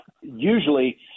usually